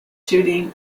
shooting